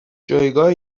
جایگاه